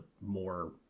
more